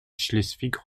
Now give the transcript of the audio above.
schleswig